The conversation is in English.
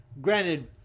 granted